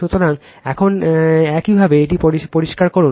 সুতরাং এখন একইভাবে এটি পরিষ্কার করুন